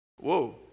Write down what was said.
Whoa